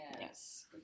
yes